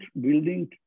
building